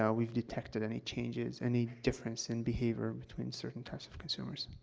yeah we've detected any changes, any difference in behavior between certain types of consumers.